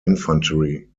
infantry